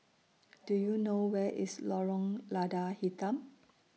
Do YOU know Where IS Lorong Lada Hitam